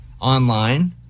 online